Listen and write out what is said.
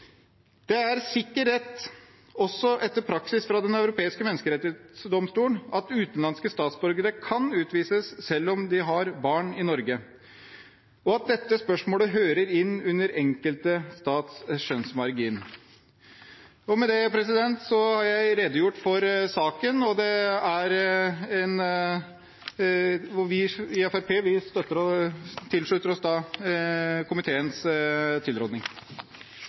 Det er sikker rett, også etter praksis fra Den europeiske menneskerettighetsdomstol, at utenlandske statsborgere kan utvises selv om de har barn i Norge, og at dette spørsmålet hører inn under den enkelte stats skjønnsmargin. Med det har jeg redegjort for saken, og vi i Fremskrittspartiet slutter oss til komiteens tilråding. Saksordføreren har nå redegjort godt for saken, og vi støtter